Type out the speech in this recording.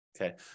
okay